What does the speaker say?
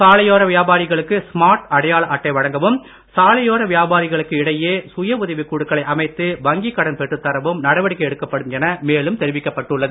சாலையோர வியாபாரிகளுக்கு ஸ்மார்ட் அடையாள அட்டை வழங்கவும் சாலையோர வியாபாரிகளுக்கு இடையே சுய உதவிக் குழுக்களை அமைத்து வங்கிக் கடன் பெற்றுத் தரவும் நடவடிக்கை எடுக்கப்படும் என மேலும் தெரிவிக்கப்பட்டுள்ளது